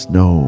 no